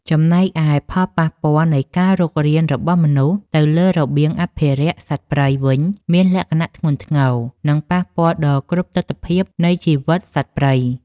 ចំណែកឯផលប៉ះពាល់នៃការរុករានរបស់មនុស្សទៅលើរបៀងអភិរក្សសត្វព្រៃវិញមានលក្ខណៈធ្ងន់ធ្ងរ និងប៉ះពាល់ដល់គ្រប់ទិដ្ឋភាពនៃជីវិតសត្វព្រៃ។